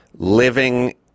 living